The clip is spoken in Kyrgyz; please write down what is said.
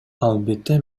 албетте